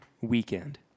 weekend